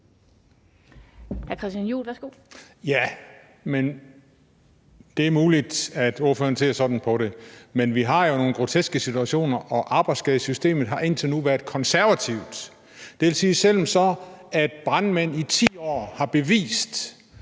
(EL): Det er muligt, at ordføreren ser sådan på det. Men vi har jo nogle groteske situationer, og arbejdsskadesystemet har indtil nu været konservativt. Det vil så sige, at selv om brandmænd i 10 år har bevist,